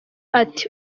ati